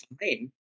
fine